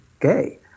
gay